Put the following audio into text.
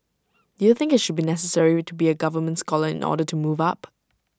do you think IT should be necessary to be A government scholar in order to move up